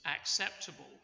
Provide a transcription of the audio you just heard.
acceptable